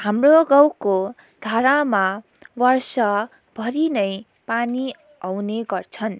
हाम्रो गाउँको धारामा वर्षभरि नै पानी आउने गर्छन्